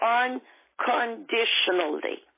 unconditionally